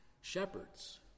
Shepherds